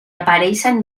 apareixen